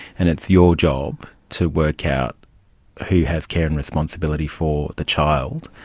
and it's your job to work out who has care and responsibility for the child,